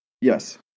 Yes